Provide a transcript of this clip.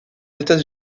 états